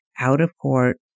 out-of-court